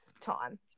time